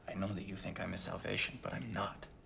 know that you think i am his salvation, but i am not.